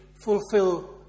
fulfill